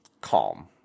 Calm